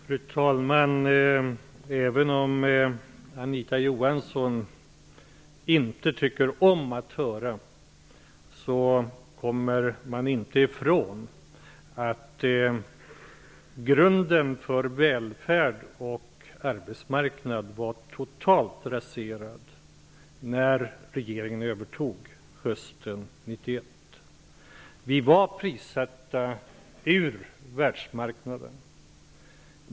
Fru talman! Även om Anita Johansson inte tycker om att höra det kommer man inte ifrån att grunden för välfärd och arbetsmarknad var totalt raserad när regeringen tog över hösten 1991. Vi var prissatta ur världsmarknaden.